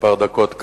כמה דקות.